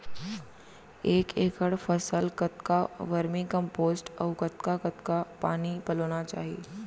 एक एकड़ फसल कतका वर्मीकम्पोस्ट अऊ कतका कतका पानी पलोना चाही?